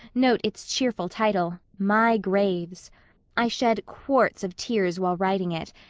note its cheerful title my graves i shed quarts of tears while writing it,